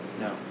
No